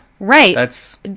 Right